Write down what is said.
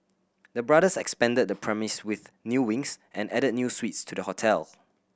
the brothers expanded the premise with new wings and added new suites to the hotel